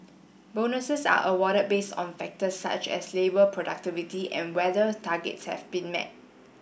bonuses are awarded based on factors such as labour productivity and whether targets have been met